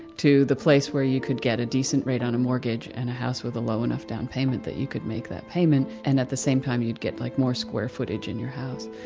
to the place where you could get a decent rate on a mortgage and a house with a low enough down payment that you could make that payment and at the same time you would get like more square footage in your house.